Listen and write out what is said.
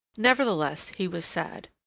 nevertheless, he was sad.